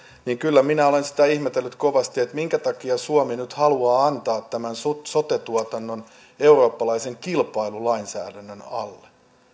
niin kyllä minä olen sitä ihmetellyt kovasti minkä takia suomi nyt haluaa antaa tämän sote tuotannon eurooppalaisen kilpailulainsäädännön alle